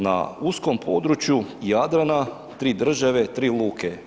Na uskom području Jadrana, 3 države, 3 luke.